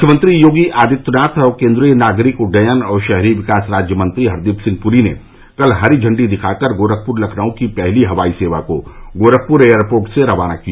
मुख्यमंत्री योगी आदित्यनाथ और केन्द्रीय नागरिक उड्डयन और शहरी विकास राज्य मंत्री हरदीप सिंह पुरी ने कल हरी झंडी दिखाकर गोरखपुर लखनऊ की पहली हवाई सेवा को गोरखपुर एयरपोर्ट से रवाना किया